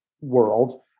world